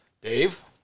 Dave